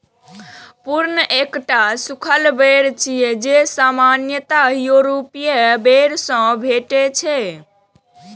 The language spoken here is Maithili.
प्रून एकटा सूखल बेर छियै, जे सामान्यतः यूरोपीय बेर सं भेटै छै